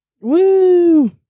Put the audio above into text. Woo